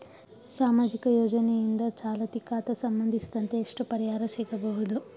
ಸಾಮಾಜಿಕ ಯೋಜನೆಯಿಂದ ಚಾಲತಿ ಖಾತಾ ಸಂಬಂಧಿಸಿದಂತೆ ಎಷ್ಟು ಪರಿಹಾರ ಸಿಗಬಹುದು?